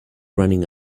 running